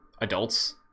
adults